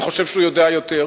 וחושב שהוא יודע יותר,